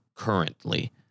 Currently